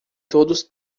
todos